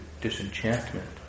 disenchantment